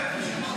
כן.